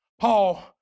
Paul